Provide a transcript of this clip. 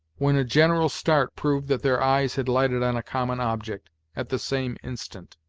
when a general start proved that their eyes had lighted on a common object at the same instant.